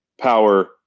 power